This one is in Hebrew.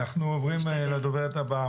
אנחנו עוברים לדוברת הבאה.